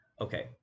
okay